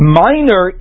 minor